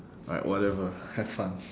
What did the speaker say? alright whatever have fun